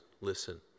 listen